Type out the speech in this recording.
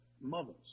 mothers